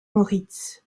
moritz